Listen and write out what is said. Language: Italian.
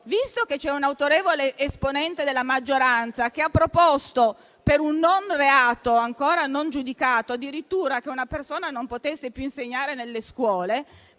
visto che c'è un'autorevole esponente della maggioranza che ha proposto, per un reato ancora non giudicato, che addirittura una persona non possa più insegnare nelle scuole,